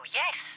yes